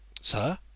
Sir